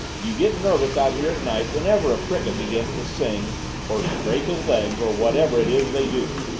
you get nervous out here at night whenever a cricket begins to sing or scrape his legs or whatever it is they do!